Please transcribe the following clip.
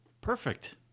Perfect